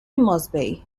mosby